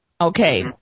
Okay